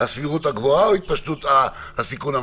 הסבירות הגבוהה או הסיכון הממשי,